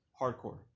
hardcore